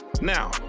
Now